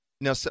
Now